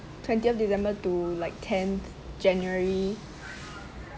twentieth december to like tenth january